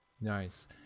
Nice